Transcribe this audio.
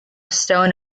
stone